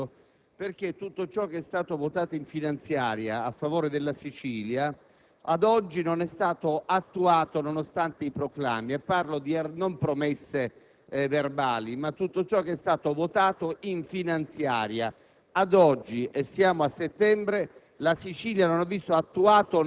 di sensibilizzazione verso il Presidente del Consiglio, dal momento che tutto ciò che è stato votato in finanziaria a favore della Sicilia, ad oggi, non è stato attuato nonostante i proclami. Non parlo di promesse verbali, ma di tutto ciò che è stato votato in finanziaria.